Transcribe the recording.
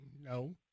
No